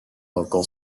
local